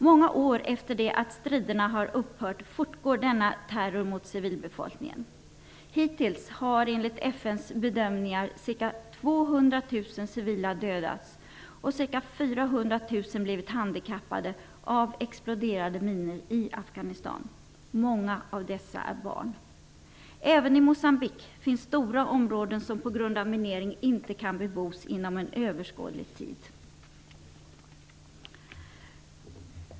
Många år efter det att striderna har upphört fortgår denna terror mot civilbefolkningen. Hittills har enligt FN:s bedömningar ca 200 000 civila dödats och ca 400 000 blivit handikappade av exploderade minor i Afghanistan. Många av dessa människor är barn. Även i Moçambique finns det stora områden som på grund av minering inte kan bebos inom överskådlig tid.